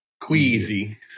queasy